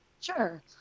Sure